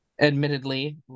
admittedly